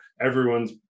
everyone's